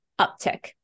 uptick